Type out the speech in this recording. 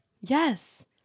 Yes